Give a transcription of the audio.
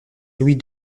louis